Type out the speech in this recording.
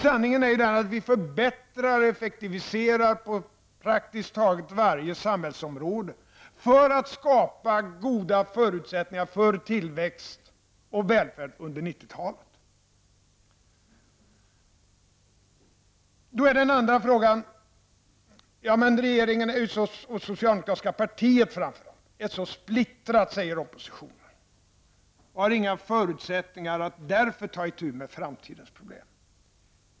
Sanningen är ju att vi förbättrar och effektiviserar på praktiskt taget varje samhällsområde för att skapa goda förutsättningar för tillväxt och välfärd under 90 Då säger oppositionen: Ja, men regeringen, och framför allt det socialdemokratiska partiet, är så splittrade och har därför inga förutsättningar att ta itu med framtidens problem.